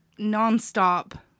nonstop